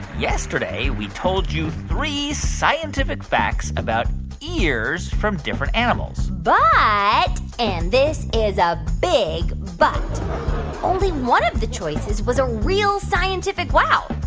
yesterday, we told you three scientific facts about ears from different animals but and this is a big but only one of the choices was a real scientific wow.